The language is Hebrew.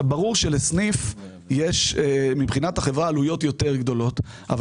ברור שלסניף יש מבחינת החברה עלויות גדולות יותר אבל